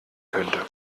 könnte